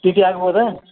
T T ಆಗ್ಬೋದಾ